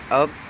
up